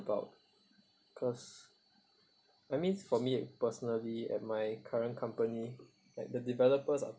about cause I mean for me personally at my current company like the developers are